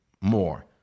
more